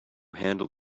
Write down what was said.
handle